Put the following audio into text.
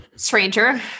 stranger